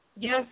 yes